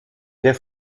der